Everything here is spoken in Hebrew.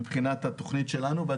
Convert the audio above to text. מבחינת התכנית שלנו.